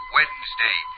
Wednesday